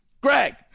Greg